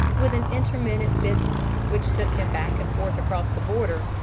with an intermittent business which took him back and forth across the border,